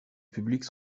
publics